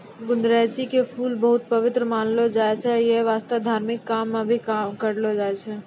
गुदरैंची के फूल बहुत पवित्र मानलो जाय छै यै वास्तं धार्मिक काम मॅ भी करलो जाय छै